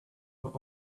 were